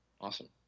Awesome